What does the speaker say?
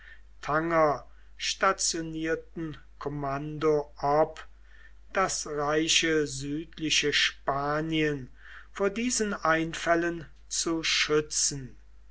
stationierten kommando ob das reiche südliche spanien vor diesen einfällen zu schützen